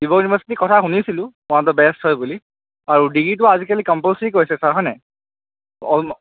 ডিব্ৰুগড় ইউনিভাৰ্চিটিৰ কথা শুনিছিলোঁ ওৱান অফ দ্য বেষ্ট হয় বুলি আৰু ডিগ্ৰীটো আজিকালি কম্পালছৰি কৰিছে ছাৰ হয়নে অলম'